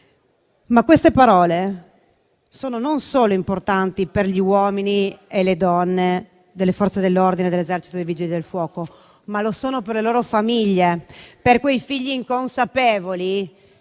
Queste parole, però, sono importanti non solo per gli uomini e le donne delle Forze dell'ordine, dell'Esercito, dei Vigili del fuoco, ma anche per le loro famiglie, per quei figli inconsapevoli